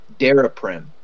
Daraprim